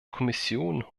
kommission